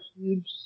huge